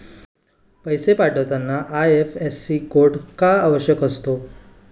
पैसे पाठवताना IFSC code का आवश्यक असतो?